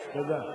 תודה.